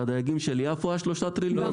זה הדייגים של יפו, ה-3 טריליון האלה?